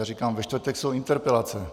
Já říkám ve čtvrtek jsou interpelace.